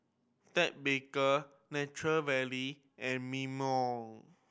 Ted Baker Nature Valley and Mimeo